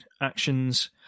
actions